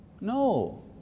No